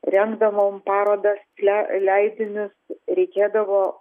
rengdavom parodas le leidinius reikėdavo